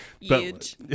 huge